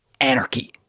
anarchy